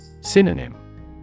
Synonym